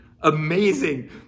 amazing